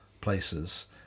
places